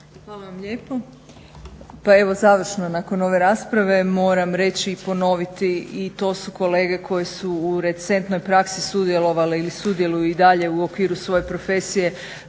Hvala vam lijepo, pa evo završno nakon ove rasprave moram reći i ponoviti i to su kolege koji su u recentnoj praksi sudjelovale ili sudjeluju i dalje u okviru svoje profesije